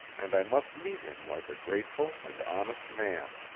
and i must meet him like a grateful and honest man.